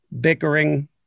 bickering